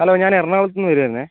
hello ഞാൻ എറണാകുളത്തുനിന്ന് വരുവായിരുന്നേ